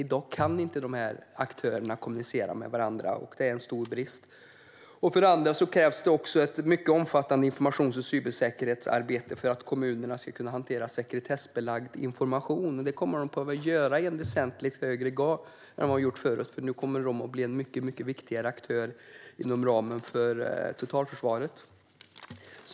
I dag kan dessa aktörer inte kommunicera med varandra, och det är en stor brist. För det andra krävs det ett mycket omfattande informations och cybersäkerhetsarbete för att kommunerna ska kunna hantera sekretessbelagd information, och det kommer de att behöva göra i väsentligt högre grad än förr. De kommer nämligen att bli en mycket viktigare aktör inom ramen för totalförsvaret.